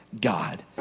God